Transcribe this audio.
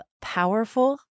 powerful